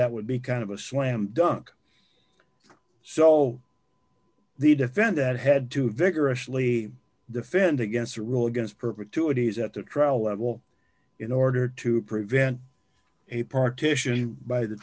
that would be kind of a slam dunk so the defend that had to vigorously defend against the rule against perpetuities at the trial level in order to prevent a partition by the